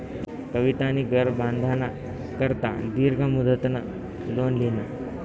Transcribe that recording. कवितानी घर बांधाना करता दीर्घ मुदतनं लोन ल्हिनं